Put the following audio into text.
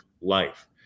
life